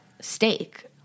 steak